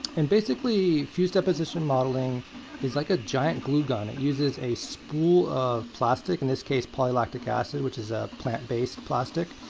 and basically, fused deposition modeling is like a giant glue gun. it uses a spool of plastic, in this case polylactic acid, which is a plant-based plastic.